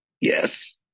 Yes